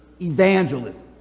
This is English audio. evangelism